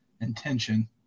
intention